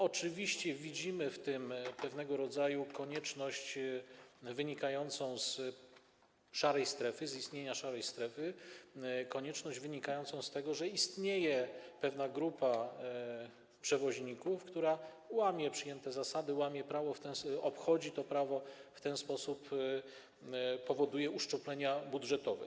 Oczywiście widzimy w tym pewnego rodzaju konieczność wynikającą z istnienia szarej strefy, wynikającą z tego, że istnieje pewna grupa przewoźników, która łamie przyjęte zasady, łamie prawo, obchodzi to prawo i w ten sposób powoduje uszczuplenia budżetowe.